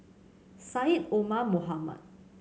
Syed Omar Mohamed